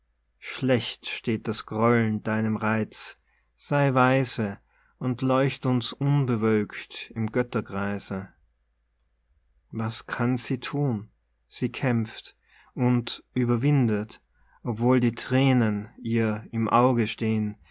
schlecht steht das grollen deinem reiz sei weise und leucht uns unbewölkt im götterkreise was kann sie thun sie kämpft und überwindet obwohl die thränen ihr im auge steh'n